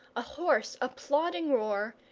a hoarse applauding roar,